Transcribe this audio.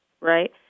right